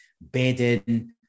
bedding